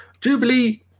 Jubilee